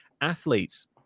Athletes